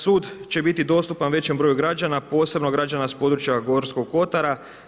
Sud će biti dostupan većem broju građana, posebno građana s područja Gorskog Kotara.